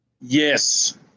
Yes